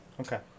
Okay